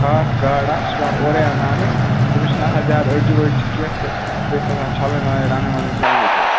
خاص گاڈ اَکھ یہِ چھِ پیٚوان اورَے انناوٕنۍ تٔمِس چھِنہٕ آسان زیادٕ أڈجہِ ؤڈجہِ کیٚنٛہہ تہٕ بیٚیہِ چھِ سۄ آسان چھَلٕنۍ وَلٕنۍ رَنٕنۍ وَنٕنۍ سہلٕے توتہِ